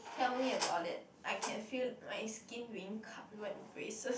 tell me about it I can feel my skin being cut by the braces